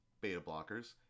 beta-blockers